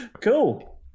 Cool